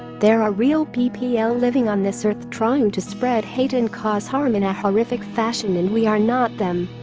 there are real ppl living on this earth trying to spread hate and cause harm in a horrific fashion and we are not them.